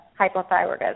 hypothyroidism